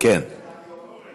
נכנס אורן.